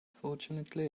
fortunately